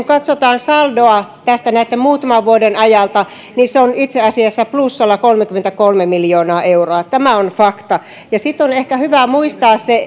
katsotaan saldoa tästä näitten muutaman vuoden ajalta niin se on itse asiassa plussalla kolmekymmentäkolme miljoonaa euroa tämä on fakta ja sitten on ehkä hyvä muistaa se